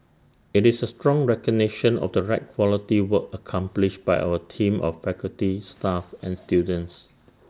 IT is A strong recognition of the red quality work accomplished by our team of faculty staff and students